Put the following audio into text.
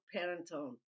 parental